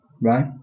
Right